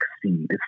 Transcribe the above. succeed